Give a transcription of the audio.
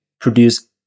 produce